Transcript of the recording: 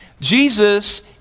Jesus